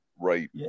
Right